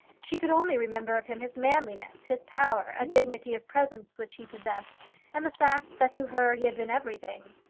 she could only remember of him his manliness, his power a dignity of presence which he possessed and the fact that to her he had been everything.